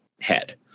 head